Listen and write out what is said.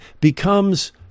becomes